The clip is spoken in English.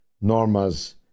Norma's